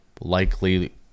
likely